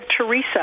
Teresa